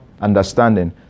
understanding